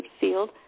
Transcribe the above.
field